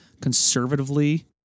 conservatively